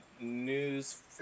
news